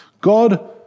God